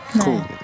Cool